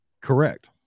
Correct